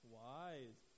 wise